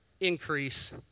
increase